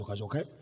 Okay